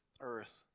earth